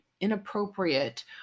inappropriate